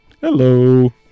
Hello